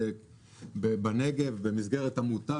בנגב במסגרת המותג.